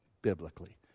biblically